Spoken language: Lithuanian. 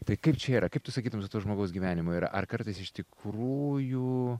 tai kaip čia yra kaip tu sakytum su to žmogaus gyvenimu yra ar kartais iš tikrųjų